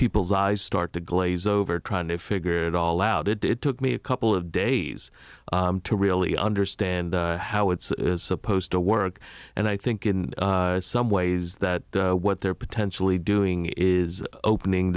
people's eyes start to glaze over trying to figure it all out it took me a couple of days to really understand how it's supposed to work and i think in some ways that what they're potentially doing is opening